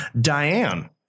Diane